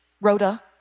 Rhoda